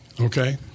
Okay